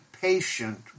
patient